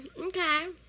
okay